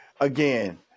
again